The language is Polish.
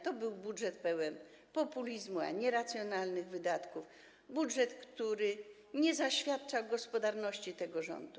To był budżet pełen populizmu, a nie racjonalnych wydatków, budżet, który nie świadczy o gospodarności tego rządu.